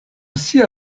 sia